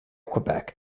quebec